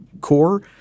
core